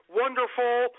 wonderful